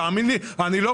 תאמין לי, אני בא